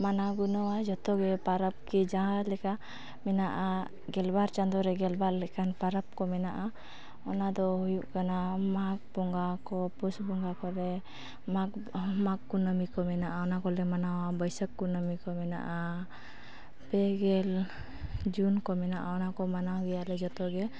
ᱢᱟᱱᱟᱣ ᱜᱩᱱᱟᱹᱣᱟ ᱡᱚᱛᱚ ᱜᱮ ᱯᱚᱨᱚᱵᱽ ᱠᱤ ᱡᱟᱦᱟᱸ ᱞᱮᱠᱟ ᱢᱮᱱᱟᱜᱼᱟ ᱜᱮᱞ ᱵᱟᱨ ᱪᱟᱸᱫᱚ ᱨᱮ ᱜᱮᱞᱵᱟᱨ ᱞᱮᱠᱟᱱ ᱯᱚᱨᱚᱵᱽ ᱠᱚ ᱢᱮᱱᱟᱜᱼᱟ ᱚᱱᱟ ᱫᱚ ᱦᱩᱭᱩᱜ ᱠᱟᱱᱟ ᱢᱟᱜᱽ ᱵᱚᱸᱜᱟ ᱠᱚ ᱯᱩᱥ ᱵᱚᱸᱜᱟ ᱠᱚᱨᱮ ᱢᱟᱜᱽ ᱢᱟᱜᱽ ᱠᱩᱱᱟᱹᱢᱤ ᱠᱚ ᱢᱮᱱᱟᱜᱼᱟ ᱚᱱᱟ ᱠᱚᱞᱮ ᱢᱟᱱᱟᱣᱟ ᱵᱟᱹᱭᱥᱟᱹᱠ ᱠᱩᱱᱟᱹᱢᱤ ᱠᱚ ᱢᱮᱱᱟᱜᱼᱟ ᱯᱮ ᱜᱮᱞ ᱡᱩᱱ ᱠᱚ ᱢᱮᱱᱟᱜᱼᱟ ᱚᱱᱟ ᱠᱚ ᱢᱟᱱᱟᱣ ᱜᱮᱭᱟᱞᱮ ᱡᱚᱛᱚ ᱜᱮ